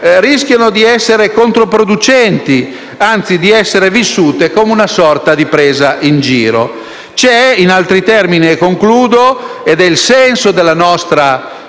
rischiano di essere controproducenti e, anzi, di essere vissute come una sorta di presa in giro. C'è, in altri termini, una domanda di giustizia - è il senso della nostra